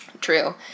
True